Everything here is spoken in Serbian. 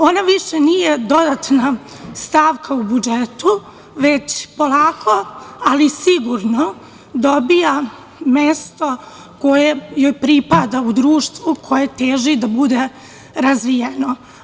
Ona više nije dodatna stavka u budžetu, već polako ali sigurno dobija mesto koje joj pripada u društvu, koje teži da bude razvijeno.